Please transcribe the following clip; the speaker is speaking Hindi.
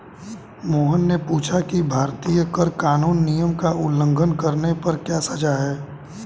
मोहन ने पूछा कि भारतीय कर कानून नियम का उल्लंघन करने पर क्या सजा है?